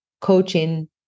coaching